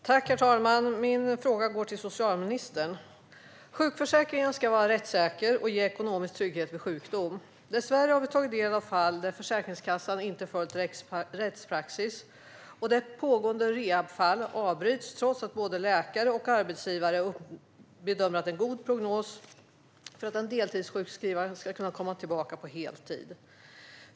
Herr talman! Min fråga går till socialministern. Sjukförsäkringen ska vara rättssäker och ge ekonomisk trygghet vid sjukdom. Dessvärre har vi tagit del av fall där Försäkringskassan inte har följt rättspraxis och där pågående rehabfall avbryts, trots att både läkare och arbetsgivare bedömer att det är en god prognos för att en deltidssjukskriven anställd ska kunna komma tillbaka på heltid.